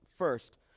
first